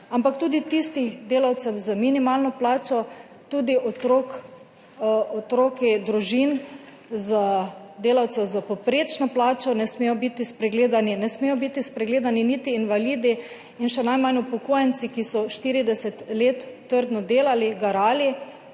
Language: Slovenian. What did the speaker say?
ampak tudi tistih delavcev z minimalno plačo. Tudi otroci družin delavcev s povprečno plačo ne smejo biti spregledani, ne smejo biti spregledani niti invalidi in še najmanj upokojenci, ki so 40 let trdo delali, garali,